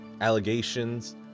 allegations